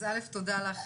אז תודה לך